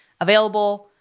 available